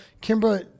Kimber